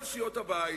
כל סיעות הבית.